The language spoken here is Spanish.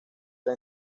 era